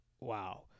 wow